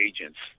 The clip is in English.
Agents